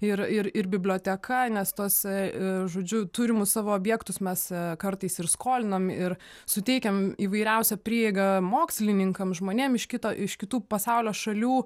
ir ir ir biblioteka nes tose žodžiu turimus savo objektus mes kartais ir skolinam ir suteikiam įvairiausią prieigą mokslininkam žmonėm iš kito iš kitų pasaulio šalių